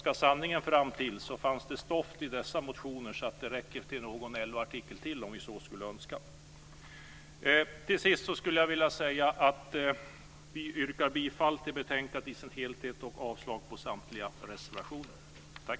Ska sanningen fram fanns det stoff i dessa motioner för någon LO-tidningsartikel till, om vi så skulle önska. Till sist skulle jag vilja säga att vi yrkar bifall till förslaget i betänkandet i dess helhet och avslag på samtliga reservationer.